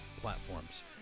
platforms